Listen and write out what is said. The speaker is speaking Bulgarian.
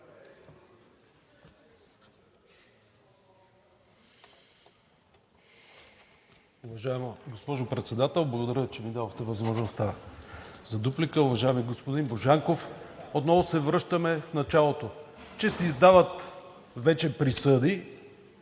Уважаема госпожо Председател, благодаря Ви, че ми дадохте възможността за дуплика. Уважаеми господин Божанков, отново се връщаме в началото, че се издават вече присъди